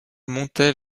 montait